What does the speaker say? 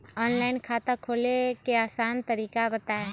Online खाता खोले के आसान तरीका बताए?